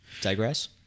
Digress